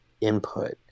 input